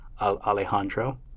Alejandro